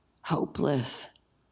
hopeless